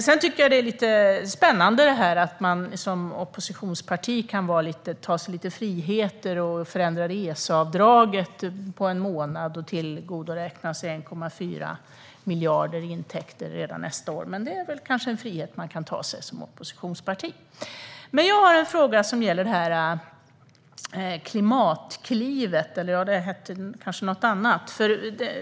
Det är lite spännande att man som oppositionsparti kan ta sig friheter och förändra reseavdraget på en månad och på så sätt tillgodoräkna sig 1,4 miljarder i intäkter redan nästa år. Men det kanske är en frihet som man kan ta sig när man är oppositionsparti. Jag har en fråga som gäller Klimatklivet, eller det kanske hette något annat?